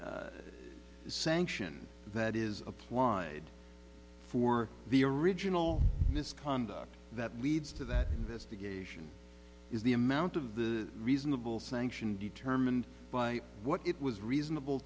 sanction that is applied for the original misconduct that leads to that investigation is the amount of the reasonable sanction determined by what it was reasonable